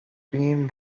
been